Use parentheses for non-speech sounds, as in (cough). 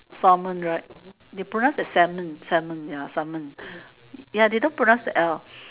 salmon right they pronounce as salmon salmon ya salmon (breath) ya they don't pronounce the L